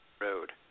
Road